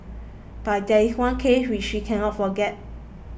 but there is one case which she cannot forget